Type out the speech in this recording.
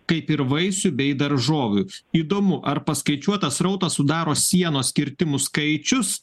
kaip ir vaisių bei daržovių įdomu ar paskaičiuotą srautą sudaro sienos kirtimų skaičius